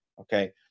okay